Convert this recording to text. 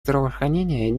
здравоохранение